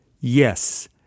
Yes